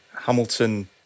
Hamilton